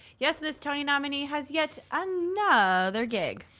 yes this tony nominee has yet another gig.